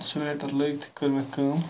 sweater لٲگتھی کٔر مےٚ کٲم